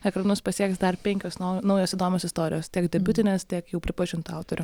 ekranus pasieks dar penkios naujos įdomios istorijos tiek debiutinės tiek jau pripažintų autorių